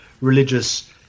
religious